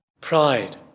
pride